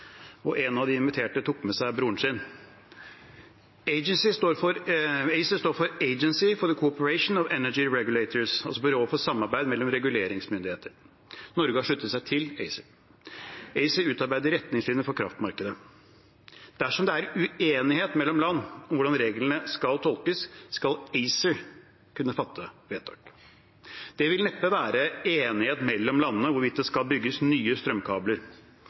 og en av de inviterte tok med seg broren sin. ACER står for Agency for the Cooperation of Energy Regulators, altså byrået for samarbeid mellom reguleringsmyndigheter. Norge har sluttet seg til ACER. ACER utarbeider retningslinjer for kraftmarkedet. Dersom det er uenighet mellom land om hvordan reglene skal tolkes, skal ACER kunne fatte vedtak. Det vil neppe være enighet mellom landene om hvorvidt det skal bygges nye strømkabler.